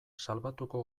salbatuko